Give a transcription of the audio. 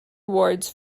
awards